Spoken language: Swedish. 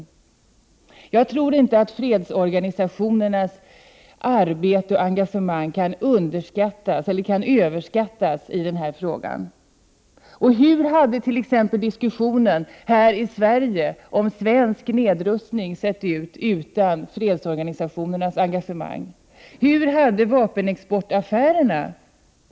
Jag tror inte att fredsorganisationernas arbete och engagemang kan överskattas i denna fråga. Hur hade t.ex. diskussionerna här i Sverige förts om svensk nedrustning utan fredsorganisationernas engagemang? Vad hade hänt i fråga om vapenexportaffärerna?